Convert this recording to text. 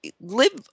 live